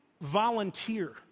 volunteer